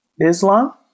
Islam